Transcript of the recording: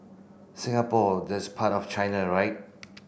Singapore that's part of China right